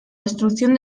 destrucción